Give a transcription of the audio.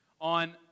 on